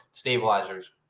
stabilizers